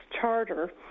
charter